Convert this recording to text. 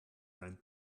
dein